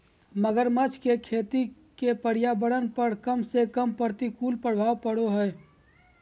मगरमच्छ के खेती के पर्यावरण पर कम से कम प्रतिकूल प्रभाव पड़य हइ